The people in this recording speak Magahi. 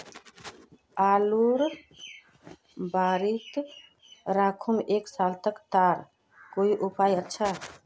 आलूर बारित राखुम एक साल तक तार कोई उपाय अच्छा?